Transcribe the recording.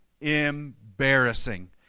embarrassing